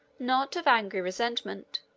not of angry resentment,